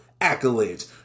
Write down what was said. accolades